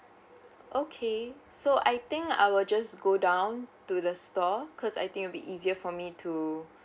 okay so I think I will just go down to the store cause I think it'll be easier for me to